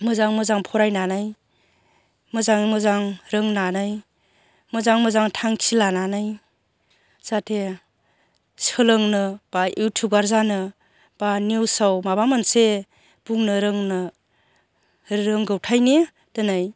मोजां मोजां फरायनानै मोजां मोजां रोंनानै मोजां मोजां थांखि लानानै जाहाथे सोलोंनो बा इउटुबार जानो बा निउसआव माबा मोनसे बुंनो रोंनो रोंगौथायनि दोनै